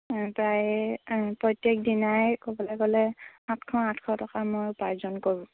প্ৰায়ে প্ৰত্যেকদিনাই ক'বলৈ গ'লে সাতশ আঠশ টকা মই উপাৰ্জন কৰোঁ